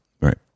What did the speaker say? Right